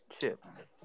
chips